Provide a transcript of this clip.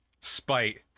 Spite